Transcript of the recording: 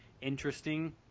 interesting